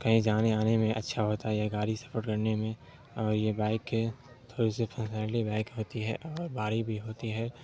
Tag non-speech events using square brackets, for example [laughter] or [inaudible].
کہیں جانے آنے میں اچھا ہوتا ہے یہ گاڑی سفر کرنے میں اور یہ بائک کے تھوڑی سی [unintelligible] بائک ہوتی ہے اور بھاری بھی ہوتی ہے